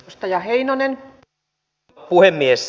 arvoisa rouva puhemies